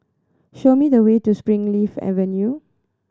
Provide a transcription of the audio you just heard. show me the way to Springleaf Avenue